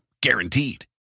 Guaranteed